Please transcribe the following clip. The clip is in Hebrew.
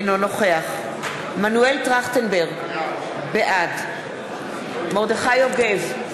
אינו נוכח מנואל טרכטנברג, בעד מרדכי יוגב,